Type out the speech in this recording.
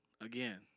again